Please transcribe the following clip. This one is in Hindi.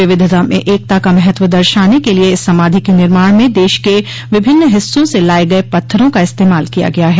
विविधता में एकता का महत्व दर्शाने के लिए इस समाधि के निर्माण में देश के विभिन्न हिस्सों से लाए गए पत्थरों का इस्तेमाल किया गया है